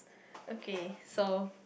okay so